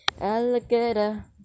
Alligator